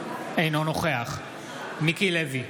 אינו נוכח מיקי לוי,